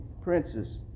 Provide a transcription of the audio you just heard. princes